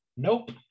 Nope